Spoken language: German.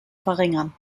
verringern